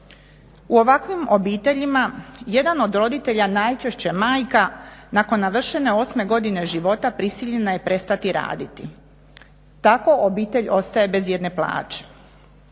U ovakvim obiteljima jedan od roditelja, najčešće majka, nakon navršene 8. godine života prisiljena je prestati raditi. Tako obitelj ostaje bez jedne plaće.